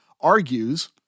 argues